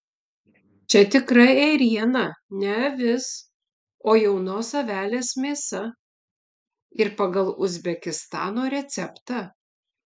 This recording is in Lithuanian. čia tikra ėriena ne avis o jaunos avelės mėsa ir pagal uzbekistano receptą